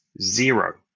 zero